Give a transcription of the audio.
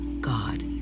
God